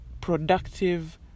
productive